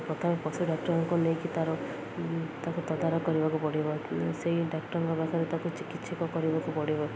ପ୍ରଥମେ ପଶୁ ଡ଼ାକ୍ଟତରଙ୍କୁ ନେଇକି ତା'ର ତାକୁ ତଦାରଖ କରିବାକୁ ପଡ଼ିବ ସେଇ ଡ଼ାକ୍ଟରଙ୍କ ପାଖରେ ତାକୁ ଚିକିତ୍ସକ କରିବାକୁ ପଡ଼ିବ